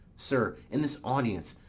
sir, in this audience,